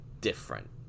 different